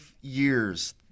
years